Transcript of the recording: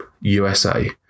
USA